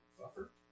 Buffer